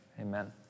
amen